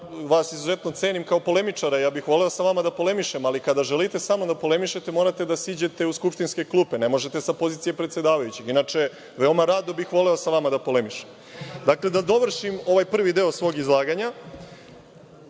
vas izuzetno cenim kao polemičara i voleo bih sa vama da polemišem, ali kada želite sa mnom da polemišete, morate da siđete u skupštinske klupe. Ne možete sa pozicije predsedavajućeg. Inače, veoma rado bih voleo sa vama da polemišem. Dakle, da dovršimo ovaj prvi deo svog izlaganja.